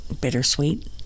bittersweet